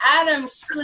Adams